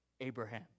Abraham